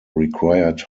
required